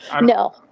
No